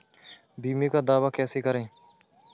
बीमे का दावा कैसे करें?